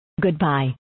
Goodbye